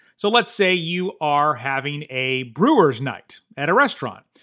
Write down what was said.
so let's say you are having a brewers' night at a restaurant.